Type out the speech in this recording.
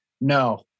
No